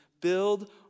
build